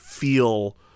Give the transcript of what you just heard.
feel